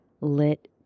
lit